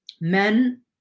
men